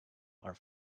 are